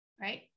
Right